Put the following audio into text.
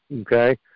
okay